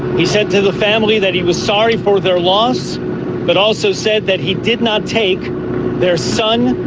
he said to the family that he was sorry for their loss but also said that he did not take their son,